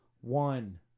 One